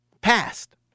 Past